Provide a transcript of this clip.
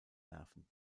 nerven